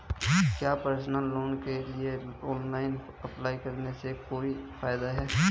क्या personal loan के लिए ऑनलाइन अप्लाई करने से कोई फायदा है?